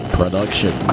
production